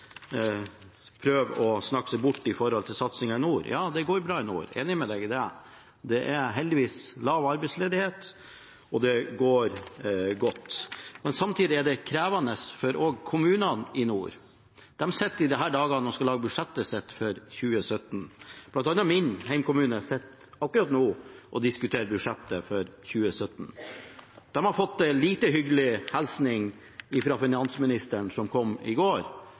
går bra i nord. Jeg er enig med ham i det. Det er heldigvis lav arbeidsledighet, og det går godt. Men samtidig er det krevende for kommunene i nord. De sitter i disse dager og skal lage budsjettet for 2017. Blant annet min hjemkommune sitter akkurat nå og diskuterer budsjettet for 2017. De har fått en lite hyggelig hilsen fra finansministeren, som kom i går,